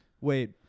wait